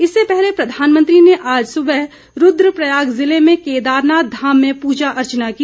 इससे पहले प्रधानमंत्री ने आज सुबह रूद्रप्रयाग जिले में केदारनाथ धाम में पूजा अर्चना की